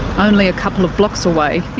only a couple of blocks away,